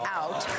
out